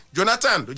Jonathan